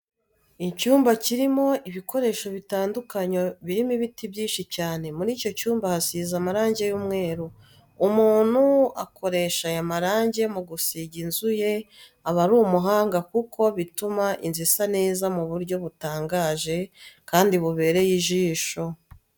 Icyumba kirimo ibikoresho bitandukanye, birimo ibiti byinshi cyane. Muri icyo cyumba hasize amarange y'umweru, umuntu ukoresha aya marange mu gusiga inzu ye aba ari umuhanga kuko bituma inzu isa neza mu buryo butangaje kandi bubereye ijisho.